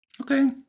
Okay